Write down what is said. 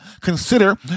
consider